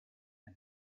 and